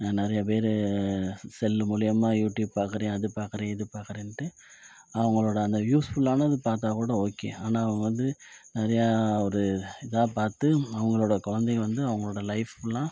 நான் நிறையா பேர் செல்லு மூலயமா யூடியூப் பார்க்குருயான் அது பார்க்குருயான் இது பார்க்குரென்ட்டு அவங்களோட அந்த யூஸ்ஃபுல்லானது பார்த்தா கூட ஓகே ஆனால் அவங்க வந்து நிறையா ஒரு இதாக பார்த்து அவங்களோட குழந்தையை வந்து அவங்களோட லைஃப் ஃபுல்லாக